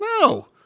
no